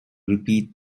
repeat